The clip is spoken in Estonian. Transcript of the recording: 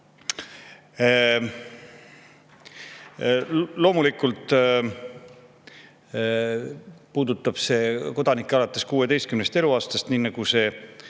Loomulikult puudutab see kodanikke alates 16. eluaastast, nii nagu see